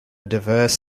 diverse